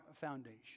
foundation